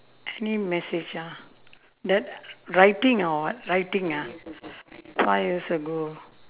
any message ah that writing or what writing ah five years ago